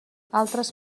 altres